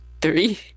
three